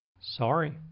sorry